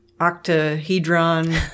octahedron